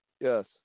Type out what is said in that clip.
Yes